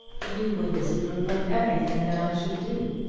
you would disapprove of everything that i should do.